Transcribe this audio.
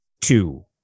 Two